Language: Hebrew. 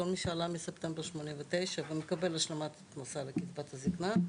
כל מי שעלה מספטמבר 89 ומקבל השלמת הכנסה לקצבת הזקנה.